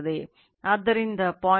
ಆದ್ದರಿಂದ 0